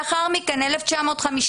לאחר מכן, ב-1952,